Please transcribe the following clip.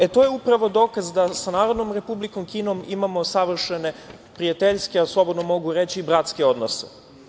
E to je upravo dokaz da sa Narodnom Republikom Kinom imamo savršene prijateljske, a slobodno mogu reći i bratske odnose.